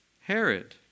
Herod